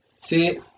See